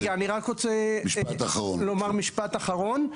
אני רק רוצה לומר משפט אחרון.